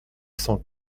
cent